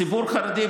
הציבור החרדי,